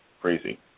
crazy